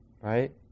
Right